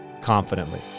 confidently